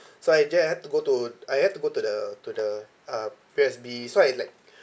so I just have to go to I have to go to the to the um P_O_S_B so I like